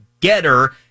Getter